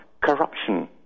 corruption